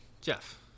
Jeff